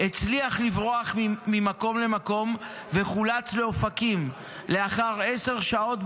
הצליח לברוח ממקום למקום וחולץ לאופקים לאחר עשר שעות,